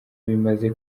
bimaze